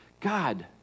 God